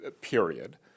period